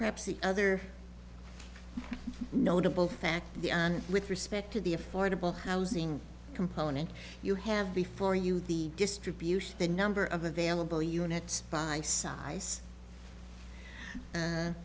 perhaps the other notable fact with respect to the affordable housing component you have before you the distribution the number of available units by size